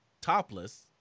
topless